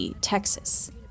Texas